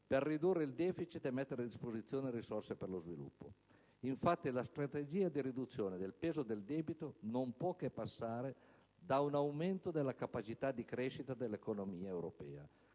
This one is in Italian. per ridurre il *deficit* e mettere a disposizione risorse per lo sviluppo. Infatti, la strategia di riduzione del peso del debito non può che passare da un aumento della capacità di crescita dell'economia europea,